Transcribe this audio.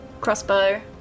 crossbow